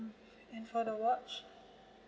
and for the watch